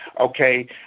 Okay